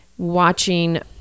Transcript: watching